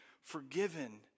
forgiven